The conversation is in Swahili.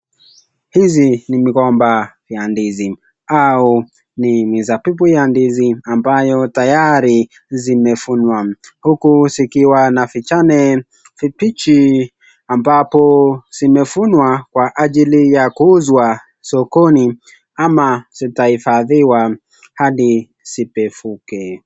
Hizi ni migomba ya ndizi, au ni mizabibu ya ndizi ambayo tayari zimevunwa. Huku zikiwa na vijane vibichi ambapo zimevunwa kwa ajili ya kuzwa sokoni ama zitahifadhiwa hadi zipevuke.